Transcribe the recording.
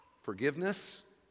forgiveness